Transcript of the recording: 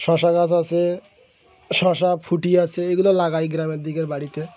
শশা গাছ আছে শসা ফুটি আছে এগুলো লাগায় গ্রামের দিকের বাড়িতে